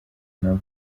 nabo